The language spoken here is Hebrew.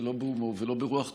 לא בהומור ולא ברוח טובה.